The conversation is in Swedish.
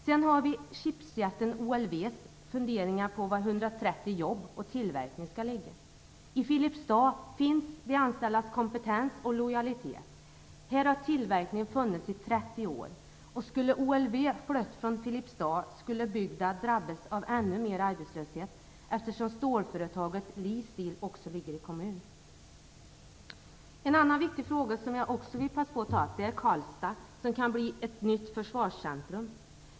Sedan har vi chipsjätten OLW:s funderingar på var 130 jobb och tillverkning skall ligga. I Filipstad finns de anställdas kompetens och lojalitet. Här har tillverkningen funnits i 30 år. Skulle OLW flytta från Filipstad så skulle bygden drabbas av ännu mer arbetslöshet, eftersom stålföretaget Lesteel också ligger i kommunen. En annan viktig fråga som jag också vill passa på att ta upp är Karlstad som kan bli ett nytt försvarscentrum.